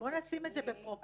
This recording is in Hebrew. בואו נשים את זה בפרופורציה.